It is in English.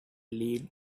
lead